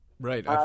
Right